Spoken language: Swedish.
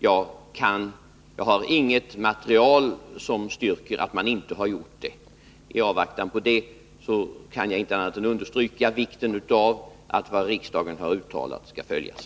Jag har inget material som styrker att de inte har gjort det och kan därför inte annat än understryka vikten av att vad riksdagen uttalat skall följas.